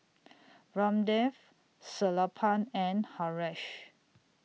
Ramdev Sellapan and Haresh